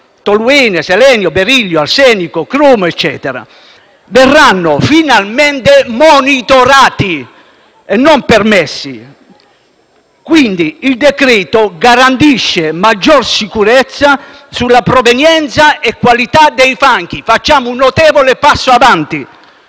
toluene, selenio, berillio, arsenico, cromo, eccetera. Verranno finalmente monitorati e non permessi. Quindi, il decreto-legge garantisce maggior sicurezza sulla provenienza e sulla qualità dei fanghi: facciamo un notevole passo in avanti.